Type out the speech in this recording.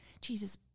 Jesus